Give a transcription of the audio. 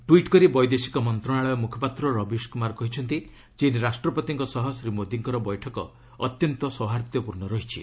tweet କରି ବୈଦେଶିକ ମନ୍ତ୍ରଣାଳୟ ମ୍ରଖପାତ୍ର ରବିଶ କ୍ରମାର କହିଛନ୍ତି ଚୀନ୍ ରାଷ୍ଟ୍ରପତିଙ୍କ ସହ ଶ୍ରୀ ମୋଦୀଙ୍କର ବୈଠକ ଅତ୍ୟନ୍ତ ସୌହାର୍ଦ୍ଧ୍ୟପୂର୍ଣ୍ଣ ରହିଛି